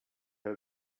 her